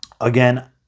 Again